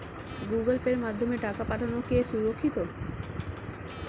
Google পের মাধ্যমে টাকা পাঠানোকে সুরক্ষিত?